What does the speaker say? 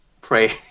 pray